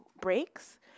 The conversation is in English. breaks